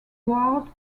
guard